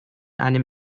einem